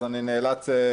אני נאלץ להגיב.